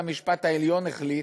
עשר שנים, אז בית-המשפט העליון החליט,